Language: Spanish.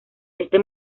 este